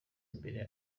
imbere